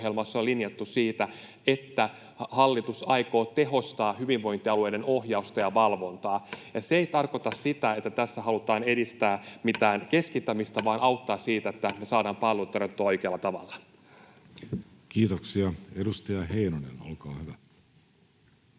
on linjattu siitä, että hallitus aikoo tehostaa hyvinvointialueiden ohjausta ja valvontaa. Ja se ei tarkoita sitä, että tässä halutaan edistää mitään keskittämistä, vaan halutaan auttaa sitä, että me saadaan palvelut tarjottua oikealla tavalla. Kiitoksia. — Edustaja Heinonen, olkaa hyvä.